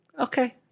okay